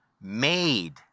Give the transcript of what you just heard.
made